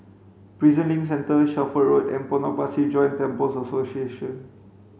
Prison Link Centre Shelford Road and Potong Pasir Joint Temples Association